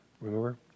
remember